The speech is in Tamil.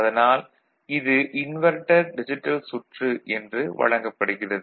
அதனால் இது இன்வெர்ட்டர் டிஜிட்டல் சுற்று என்று வழங்கப்படுகிறது